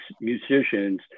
musicians